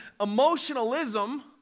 emotionalism